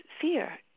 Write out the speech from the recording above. fear